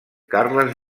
carles